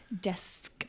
Desk